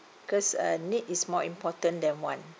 because a need is more important than want